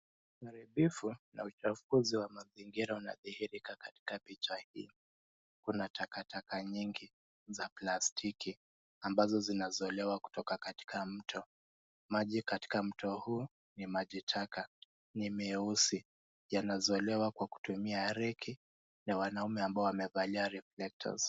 Uharibifu na uchafuzi wa mazingira inadhihirika katika picha hii. Kuna takataka nyingi za plastiki ambazo zinazolewa kutoka katika mto. Maji katika mto huu ni maji taka. Ni mieusi. Yanazolewa kwa kutumia reki ya wanaume ambao wamevalia reflectors .